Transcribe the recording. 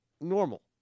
normal